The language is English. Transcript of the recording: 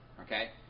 okay